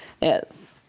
Yes